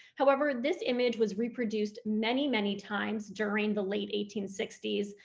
however this image was reproduced many many times during the late eighteen sixty s,